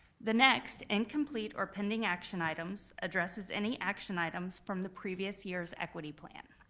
the next, incomplete or pending action items addresses any action items from the previous year's equity plan.